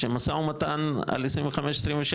שמשא ומתן על 25-26,